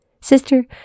Sister